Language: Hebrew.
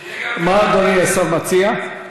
מה אדוני השר מציע?